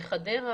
לגבי חדרה,